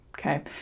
Okay